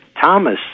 Thomas